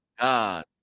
God